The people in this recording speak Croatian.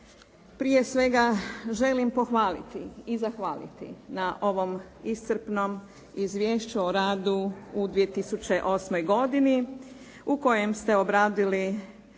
Prije svega, želim pohvaliti i zahvaliti na ovom iscrpnom izvješću o radu u 2008. godini u kojem ste obradili